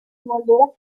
molduras